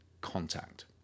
Contact